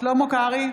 שלמה קרעי,